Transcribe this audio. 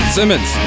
Simmons